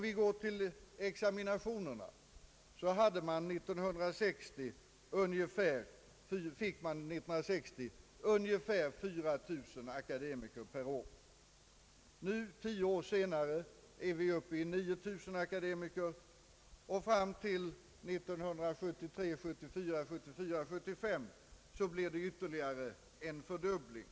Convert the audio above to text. Vad gäller examinationerna så var det år 1960 ungefär 4 000 akademiker som tog sin examen. Nu tio år senare är vi uppe i 9 000 akademiker, och fram till 1973 1975 sker ytterligare en fördubbling.